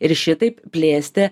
ir šitaip plėsti